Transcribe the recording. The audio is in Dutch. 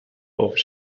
over